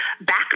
back